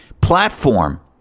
platform